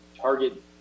target